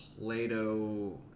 Plato